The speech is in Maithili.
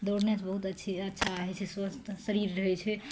दौड़नेसे बहुत अच्छी अच्छा होइ छै स्वस्थ शरीर रहै छै